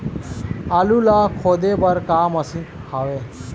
आलू ला खोदे बर का मशीन हावे?